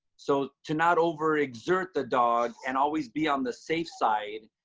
so to not overexert the dog and always be on the safe side,